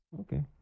Okay